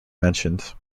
mentioned